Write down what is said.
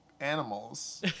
animals